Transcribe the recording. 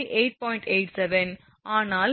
87 ஆனால் இங்கே mv 0